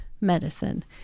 medicine